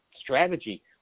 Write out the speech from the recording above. strategy